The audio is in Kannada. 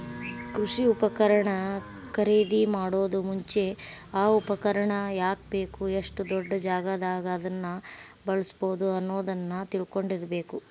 ಕೃಷಿ ಉಪಕರಣ ಖರೇದಿಮಾಡೋಕು ಮುಂಚೆ, ಆ ಉಪಕರಣ ಯಾಕ ಬೇಕು, ಎಷ್ಟು ದೊಡ್ಡಜಾಗಾದಾಗ ಅದನ್ನ ಬಳ್ಸಬೋದು ಅನ್ನೋದನ್ನ ತಿಳ್ಕೊಂಡಿರಬೇಕು